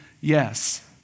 yes